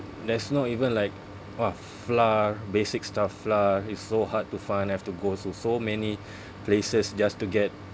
there's no even like !wah! flour basic stuff flour it's so hard to find I have to go to so many places just to get